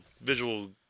visual